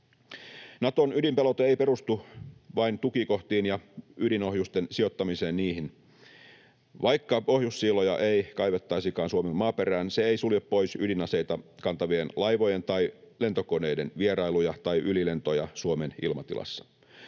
Naton ydinpelote ei perustu vain tukikohtiin ja ydinohjusten sijoittamiseen niihin. Vaikka ohjussiiloja ei kaivettaisikaan Suomen maaperään, se ei sulje pois ydinaseita kantavien laivojen tai lentokoneiden vierailuja tai ylilentoja Suomen ilmatilassa.